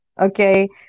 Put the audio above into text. okay